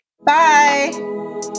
bye